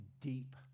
deep